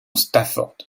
stafford